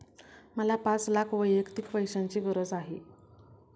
मला पाच लाख वैयक्तिक पैशाची गरज आहे